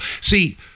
See